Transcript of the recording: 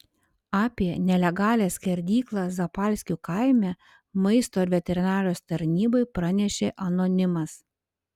apie nelegalią skerdyklą zapalskių kaime maisto ir veterinarijos tarnybai pranešė anonimas